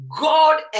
God